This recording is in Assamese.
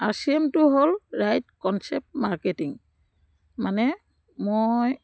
আৰ চি এমটো হ'ল ৰাইট কনচেপ্ট মাৰ্কেটিং মানে মই